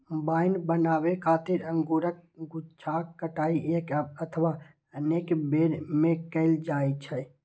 wine बनाबै खातिर अंगूरक गुच्छाक कटाइ एक अथवा अनेक बेर मे कैल जाइ छै